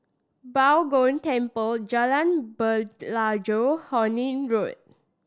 Bao Gong Temple Jalan Pelajau Horne Road